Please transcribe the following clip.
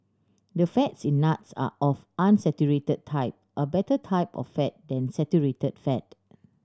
the fats in nuts are of unsaturated type a better type of fat than saturated fat